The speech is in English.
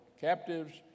captives